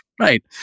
right